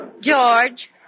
George